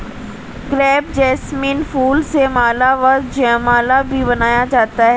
crepe jasmine फूल से माला व जयमाला भी बनाया जाता है